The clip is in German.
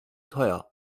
teuer